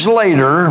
later